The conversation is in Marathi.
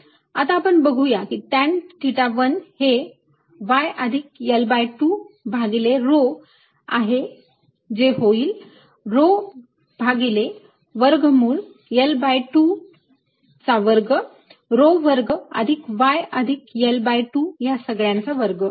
आता आपण बघूया टॅंन थिटा 1 हे y अधिक L2 भागिले rho आहे होईल rho भागिले वर्गमूळ L2 वर्ग rho वर्ग अधिक y अधिक L2 या सगळ्यांचा वर्ग